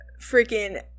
freaking